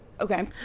Okay